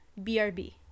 brb